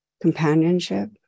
companionship